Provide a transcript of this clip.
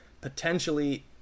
potentially